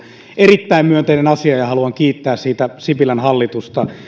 erittäin myönteinen asia ja haluan kiittää siitä sipilän hallitusta